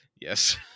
Yes